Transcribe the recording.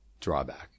drawback